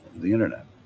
the internet.